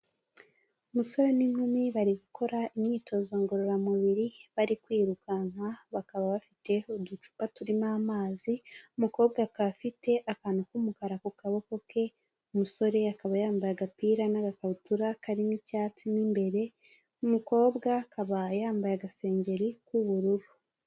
Umusore n'inkumi bari gukora imyitozo ngororamubiri bari kwirukanka bakaba bafite uducupa turimo amazi, umukobwa ka afite akantu k'umukara ku kaboko ke, umusore akaba yambaye agapira n'agakabutura karimo icyatsi mo imbere, umukobwa akaba yambaye agasengeri k'ubururu.